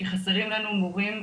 שחסרים לנו מורים,